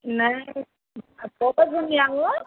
নাই ধুনীয়া অ